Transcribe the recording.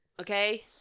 okay